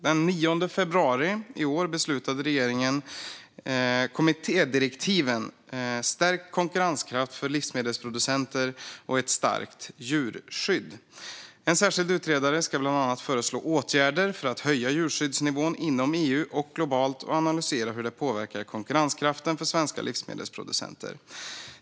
Den 9 februari i år beslutade regeringen om kommittédirektiven för stärkt konkurrenskraft för livsmedelsproducenter och ett starkt djurskydd . En särskild utredare ska bland annat föreslå åtgärder för att höja djurskyddsnivån inom EU och globalt och analysera hur det påverkar konkurrenskraften för svenska livsmedelsproducenter.